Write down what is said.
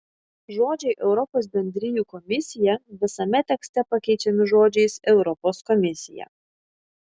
žodžiai europos bendrijų komisija visame tekste pakeičiami žodžiais europos komisija